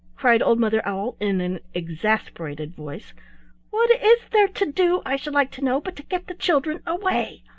cried old mother owl in an exasperated voice what is there to do, i should like to know, but to get the children away?